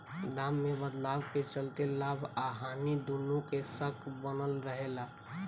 दाम में बदलाव के चलते लाभ आ हानि दुनो के शक बनल रहे ला